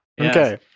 Okay